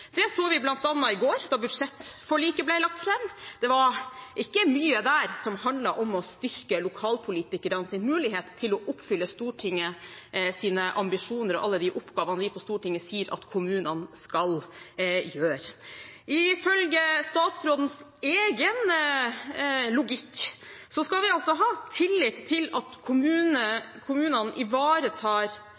Det så vi bl.a. i går, da budsjettforliket ble lagt fram. Det var ikke mye der som handlet om å styrke lokalpolitikernes mulighet til å oppfylle Stortingets ambisjoner og alle de oppgavene vi på Stortinget sier at kommunene skal utføre. Ifølge statsrådens egen logikk skal vi altså ha tillit til at kommunene ivaretar